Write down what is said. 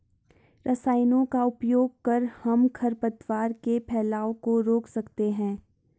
रसायनों का उपयोग कर हम खरपतवार के फैलाव को रोक सकते हैं